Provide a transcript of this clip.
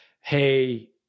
hey